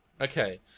Okay